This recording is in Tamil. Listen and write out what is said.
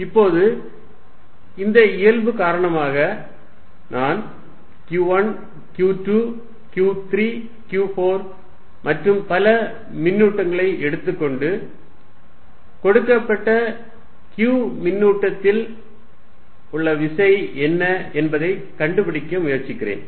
இப்போது இந்த இயல்பு காரணமாக நான் Q1 Q2 Q3 Q4 மற்றும் பல மின்னூட்டங்களை எடுத்துக்கொண்டு கொடுக்கப்பட்ட q மின்னூட்டத்தில் உள்ள விசை என்ன என்பதைக் கண்டுபிடிக்க முயற்சிக்கிறேன்